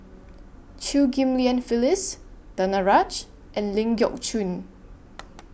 Chew Ghim Lian Phyllis Danaraj and Ling Geok Choon